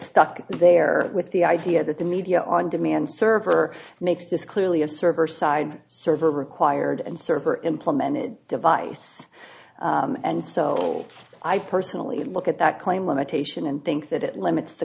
stuck there with the idea that the media on demand server makes this clearly a server side server required and server implemented device and so i personally look at that claim limitation and think that it limits t